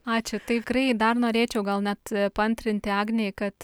ačiū tikrai dar norėčiau gal net paantrinti agnei kad